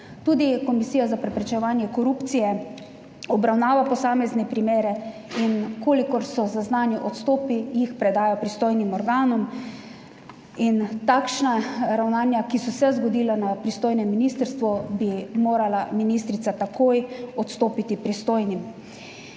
Tudi Komisija za preprečevanje korupcije obravnava posamezne primere in kolikor so zaznani odstopi, jih predaja pristojnim organom. In takšna ravnanja, ki so se zgodila na pristojnem ministrstvu, bi morala ministrica takoj odstopiti pristojnim.